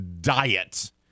diet